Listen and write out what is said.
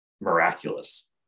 miraculous